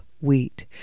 wheat